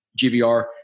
GVR